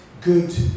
good